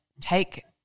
take